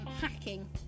Hacking